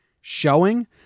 showing